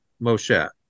Moshe